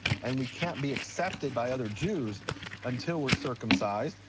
and we can't be accepted by other jews until we're circumcised.